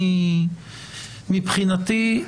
מבחינתי,